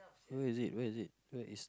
where is it where is it where is